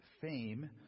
fame